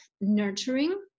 nurturing